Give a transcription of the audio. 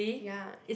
ya